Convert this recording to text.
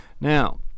Now